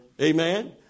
Amen